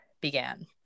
began